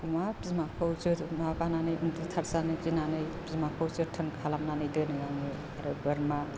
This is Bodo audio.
अमा बिमाखौ जोथोन माबानानै उन्दुथाबजानो गिनानै बिमाखौ जोथोन खालामनानै दोनो आङो आरो बोरमा